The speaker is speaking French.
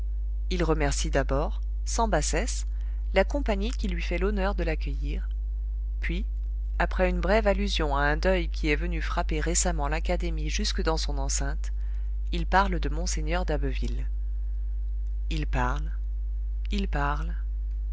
il remercie d'abord sans bassesse la compagnie qui lui fait l'honneur de l'accueillir puis après une brève allusion à un deuil qui est venu frapper récemment l'académie jusque dans son enceinte il parle de mgr d'abbeville il parle il parle